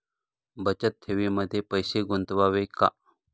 बचत ठेवीमध्ये पैसे गुंतवावे का?